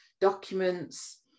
documents